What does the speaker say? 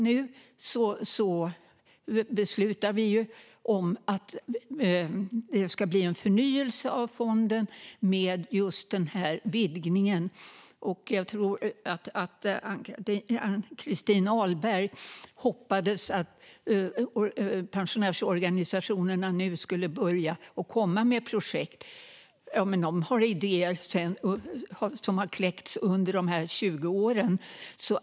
Nu kommer vi dock att fatta beslut om en förnyelse av fonden med denna vidgning. Ann-Christin Ahlberg framförde tidigare förhoppningar om att pensionärsorganisationerna nu skulle börja komma in med projekt. Men de har ju idéer som har kläckts under dessa 20 år!